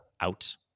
out